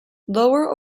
lower